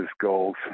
goals